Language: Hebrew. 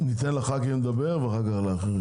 ניתן לחברי הכנסת להתייחס ואחר כך למוזמנים.